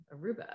Aruba